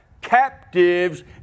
captives